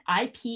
IP